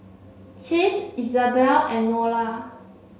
Chase Izabelle and Nola